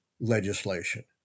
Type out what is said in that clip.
legislation